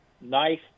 nice